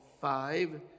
five